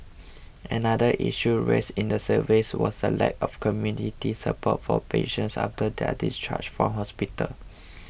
another issue raised in the surveys was the lack of community support for patients after their discharge from hospital